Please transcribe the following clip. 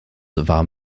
war